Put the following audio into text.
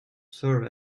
serve